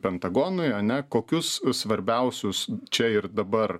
pentagonui ane kokius svarbiausius čia ir dabar